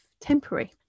temporary